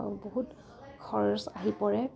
বহুত খৰচ আহি পৰে